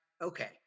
okay